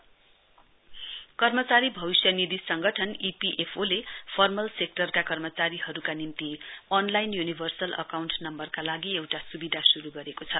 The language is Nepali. ईपिएफयो कर्मचारी भविष्य निधि संगठन ई पी एफ ओले फर्मल सेक्टरका कर्मचारीहरूका निम्ति अनलाइन यूनिभर्सल अकाउटं नम्बरका लागि एउटा सुविधा शुरू गरेको छ